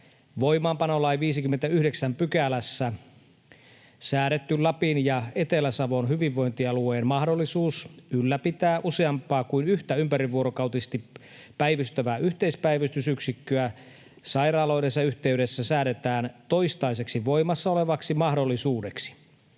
voimaanpanolain 59 §:ssä säädetty Lapin ja Etelä-Savon hyvinvointialueen mahdollisuus ylläpitää useampaa kuin yhtä ympärivuorokautisesti päivystävää yhteispäivystysyksikköä sairaaloidensa yhteydessä säädetään toistaiseksi voimassa olevaksi mahdollisuudeksi.